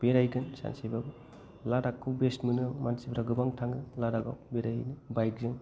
बेरायगोन सानसेबाबो लादाख खौ बेस्ट मोनो आं मानसिफ्रा गोबां थाङो लादाख आव बेरायो बाइक जों